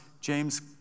James